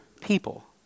people